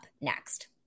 next